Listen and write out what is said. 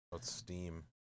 steam